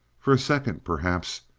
for a second, perhaps,